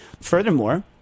Furthermore